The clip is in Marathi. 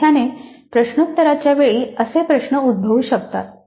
प्रामुख्याने प्रश्नोत्तराच्या वेळी असे प्रश्न उद्भवू शकतात